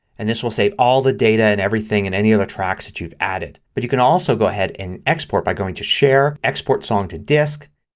and this will save all the data and everything and any other tracks you've added. but you could also go ahead and export by going to share, export song to disk,